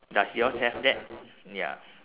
does yours have that ya